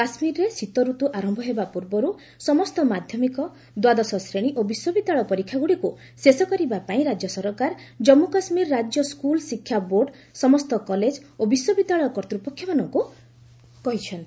କାଶ୍ମୀର୍ରେ ଶୀତରତୁ ଆରମ୍ଭ ହେବା ପୂର୍ବରୁ ସମସ୍ତ ମାଧ୍ୟମିକ ଦ୍ୱାଦଶ ଶ୍ରେଣୀ ଓ ବିଶ୍ୱବିଦ୍ୟାଳୟ ପରୀକ୍ଷାଗୁଡ଼ିକୁ ଶେଷ କରିବାପାଇଁ ରାଜ୍ୟ ସରକାର ଜନ୍ମୁ କାଶ୍ମୀର ରାଜ୍ୟ ସ୍କୁଲ୍ ଶିକ୍ଷା ବୋର୍ଡ଼ ସମସ୍ତ କଲେଜ ଓ ବିଶ୍ୱବିଦ୍ୟାଳୟ କର୍ତ୍ତପକ୍ଷମାନଙ୍କୁ କହିଛନ୍ତି